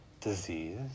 disease